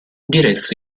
diresse